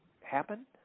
happen